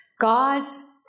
God's